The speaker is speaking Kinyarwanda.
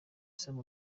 isaba